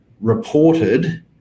reported